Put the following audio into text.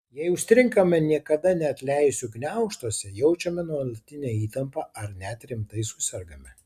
jei užstringame niekada neatleisiu gniaužtuose jaučiame nuolatinę įtampą ar net rimtai susergame